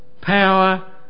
power